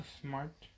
smart